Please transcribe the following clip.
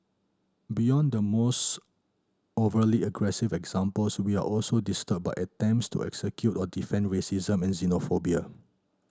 beyond the most overtly aggressive examples we are also disturbed by attempts to excuse or defend racism and xenophobia